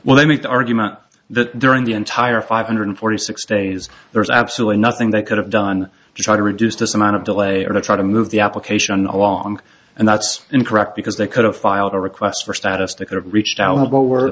when they made the argument that during the entire five hundred forty six days there was absolutely nothing they could have done to try to reduce this amount of delay or to try to move the application along and that's incorrect because they could have filed a request for status they could have reached out